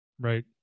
Right